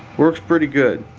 works pretty good.